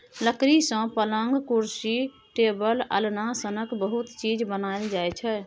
लकड़ी सँ पलँग, कुरसी, टेबुल, अलना सनक बहुत चीज बनाएल जाइ छै